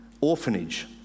orphanage